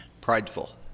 Prideful